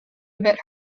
admit